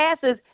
passes